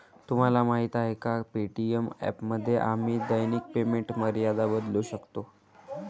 तुम्हाला माहीत आहे का पे.टी.एम ॲपमध्ये आम्ही दैनिक पेमेंट मर्यादा बदलू शकतो?